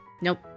nope